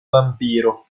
vampiro